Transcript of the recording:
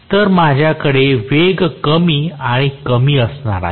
तर माझ्याकडे वेग कमी आणि कमी असणार आहे